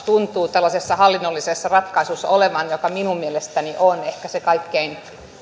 tuntuu tällaisessa hallinnollisessa ratkaisussa olevan mutta joka minun mielestäni on ehkä se kaikkein